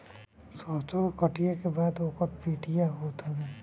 सरसो के कटिया के बाद ओकर पिटिया होत हवे